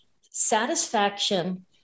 satisfaction